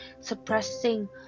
suppressing